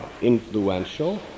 influential